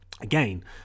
again